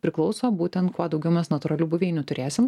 priklauso būtent kuo daugiau mes natūralių buveinių turėsim